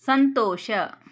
ಸಂತೋಷ